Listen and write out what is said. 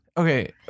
Okay